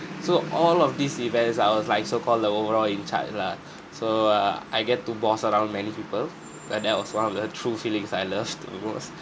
so all of these events I was like so-called the overall in charge lah so uh I get to boss around many people like that one of the true feelings I loved to